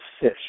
fish